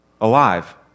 alive